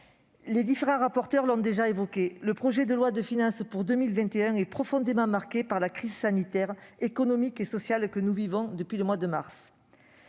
les différents rapporteurs l'ont déjà mentionné, le projet de loi de finances pour 2021 est profondément marqué par la crise sanitaire, économique et sociale que nous vivons depuis le mois de mars.